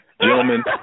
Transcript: Gentlemen